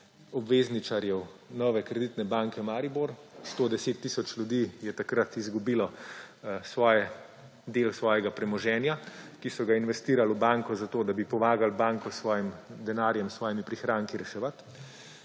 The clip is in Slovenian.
obvezničarjev Nove Kreditne banke Maribor, 110 tisoč ljudi je takrat izgubilo del svojega premoženja, ki so ga investirali v banko, zato da bi pomagali banko s svojim denarjem, s svojimi prihranki reševati,